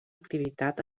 activitat